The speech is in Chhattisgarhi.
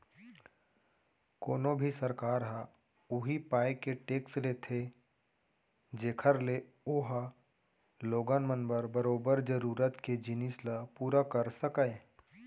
कोनो भी सरकार ह उही पाय के टेक्स लेथे जेखर ले ओहा लोगन मन बर बरोबर जरुरत के जिनिस ल पुरा कर सकय